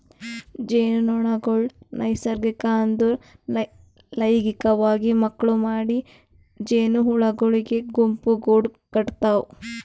ಜೇನುನೊಣಗೊಳ್ ನೈಸರ್ಗಿಕ ಅಂದುರ್ ಲೈಂಗಿಕವಾಗಿ ಮಕ್ಕುಳ್ ಮಾಡಿ ಜೇನುಹುಳಗೊಳಾಗಿ ಗುಂಪುಗೂಡ್ ಕಟತಾವ್